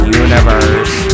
universe